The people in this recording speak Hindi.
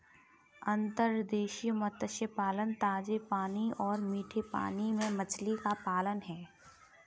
अंतर्देशीय मत्स्य पालन ताजे पानी और मीठे पानी में मछली का पालन है